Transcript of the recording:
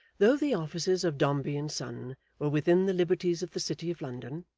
though the offices of dombey and son were within the liberties of the city of london,